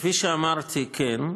כפי שאמרתי, כן.